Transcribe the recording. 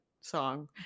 song